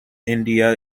india